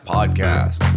Podcast